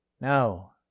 No